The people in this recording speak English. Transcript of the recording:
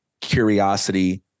curiosity